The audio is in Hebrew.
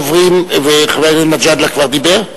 חבר הכנסת מג'אדלה כבר דיבר?